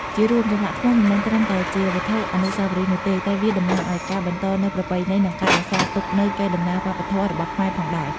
ជារួមចម្លាក់ថ្មមិនមែនត្រឹមតែជាវត្ថុអនុស្សាវរីយ៍នោះទេ តែវាតំណាងឱ្យការបន្តនូវប្រពៃណី និងការរក្សាទុកនូវកេរ្តិ៍ដំណែលវប្បធម៌ របស់ខ្មែរផងដែរ។